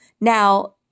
Now